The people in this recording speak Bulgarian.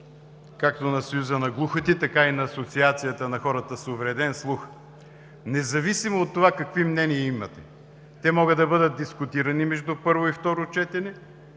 както на Съюза на глухите, така и на Асоциацията на хората с увреден слух. Независимо от това какви мнения имате, те могат да бъдат дискутирани между първо и второ четене,